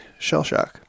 Shellshock